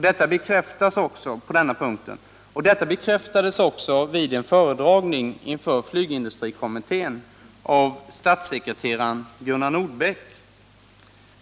Detta bekräftades också vid en föredragning inför flygindustrikommittén av statssekreteraren Gunnar Nordbeck.